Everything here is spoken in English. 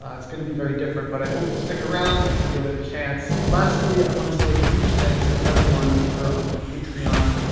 it's gonna be very different but i hope you'll stick around and give it a chance. lastly i want to say a huge thanks to everyone over on patreon.